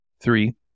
three